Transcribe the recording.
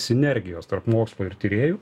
sinergijos tarp mokslo ir tyrėjų